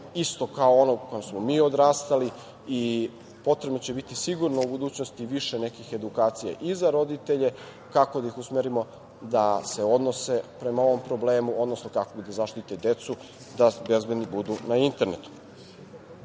isto kao ono u kojem smo mi odrastali i potrebno će biti sigurno u budućnosti više nekih edukacija i za roditelje, kako da ih usmerimo da se odnose prema ovom problemu, odnosno kako da zaštite decu da bezbedni budu na internetu. Nadam